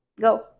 go